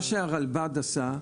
מה שהרלב"ד עשתה,